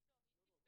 תחת ידי.